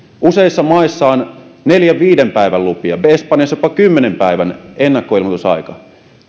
useissa maissa on neljän viiva viiden päivän lupia espanjassa jopa kymmenen päivän ennakkoilmoitusaika